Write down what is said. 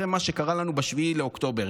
אחרי מה שקרה לנו ב-7 באוקטובר.